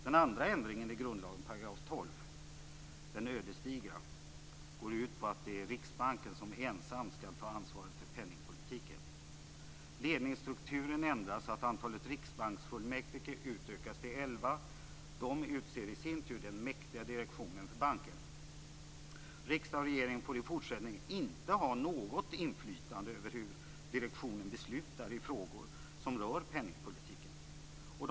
Den andra ändringen i grundlagen, 12 §, den ödesdigra, går ut på att det är Riksbanken som ensam skall ta ansvaret för penningpolitiken. Ledningsstrukturen ändras så att antalet ledamöter i riksbanksfullmäktige utökas till elva. De utser i sin tur den mäktiga direktionen för banken. Riksdag och regering får i fortsättningen inte ha något inflytande över hur direktionen beslutar i frågor som rör penningpolitiken.